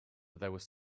but